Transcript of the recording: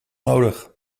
nodig